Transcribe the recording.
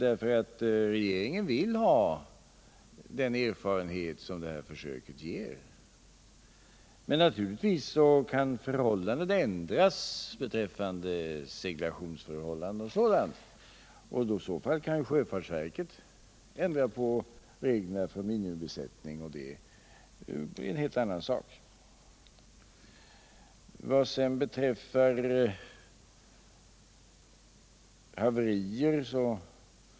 Regeringen vill ha den erfarenhet som det här försöket ger. Men naturligtvis kan seglationsförhållanden och sådant ändras, och i så fall kan sjöfartsverket ändra på reglerna för minimibesättning, men det är en helt annan sak.